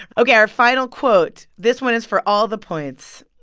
ok. our final quote this one is for all the points.